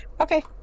Okay